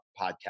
Podcast